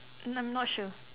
no I'm not sure